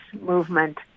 movement